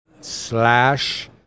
slash